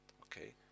okay